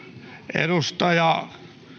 edustaja